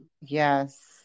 Yes